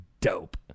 dope